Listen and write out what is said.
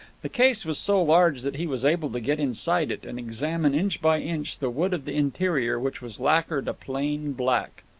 the case was so large that he was able to get inside it, and examine inch by inch the wood of the interior, which was lacquered a plain black.